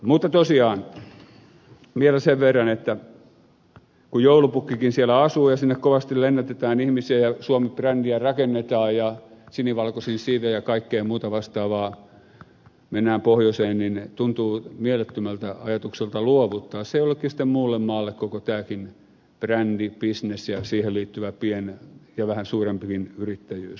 mutta tosiaan vielä sen verran kun joulupukkikin siellä asuu ja sinne kovasti lennätetään ihmisiä ja suomi brändiä rakennetaan ja sinivalkoisin siivin mennään pohjoiseen ja kaikkea muuta vastaavaa niin tuntuu mielettömältä ajatukselta luovuttaa sitten jollekin muulle maalle koko tämäkin brändi bisnes ja siihen liittyvä pien ja vähän suurempikin yrittäjyys